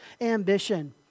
ambition